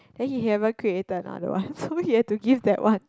then he haven't created another one so he had to give that one